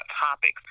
Topics